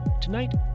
Tonight